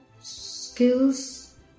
skills